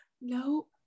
No